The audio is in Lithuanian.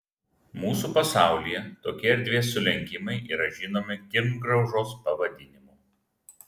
mūsų pasaulyje tokie erdvės sulenkimai yra žinomi kirmgraužos pavadinimu